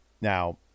now